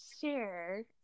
share